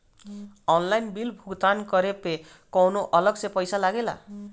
Online bill भुगतान करे पर कौनो अलग से पईसा लगेला?